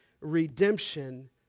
redemption